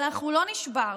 אבל אנחנו לא נשברנו,